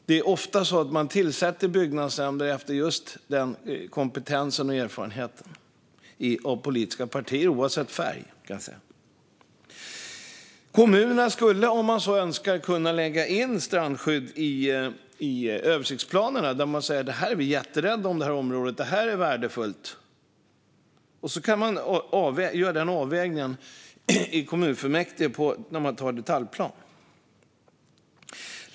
Det är ofta så att politiska partier, oavsett färg, tillsätter byggnadsnämnder efter just den kompetensen och erfarenheten. Kommunerna skulle, om man så önskar, kunna lägga in strandskydd i översiktsplanerna och där säga att det här området är värdefullt och det är vi jätterädda om. Då kan man göra den avvägningen i kommunfullmäktige när man antar detaljplanen.